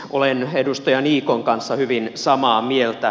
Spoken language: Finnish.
olen edustaja niikon kanssa hyvin samaa mieltä